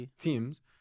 teams